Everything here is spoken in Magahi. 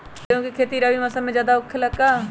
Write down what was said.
गेंहू के खेती रबी मौसम में ज्यादा होखेला का?